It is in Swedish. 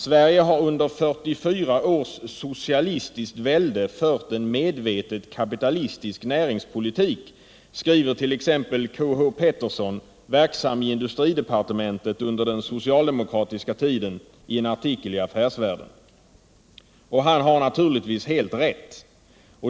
Sverige har under 44 års ”socialistiskt” välde fört en ”medvetet "kapitalistisk" näringspolitik”, skriver t.ex. K. H. Pettersson, verksam i industridepartementet under den socialdemokratiska tiden, i en artikel i Affärsvärlden. Han har naturligtvis helt rätt.